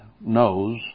knows